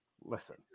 Listen